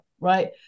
Right